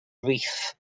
brief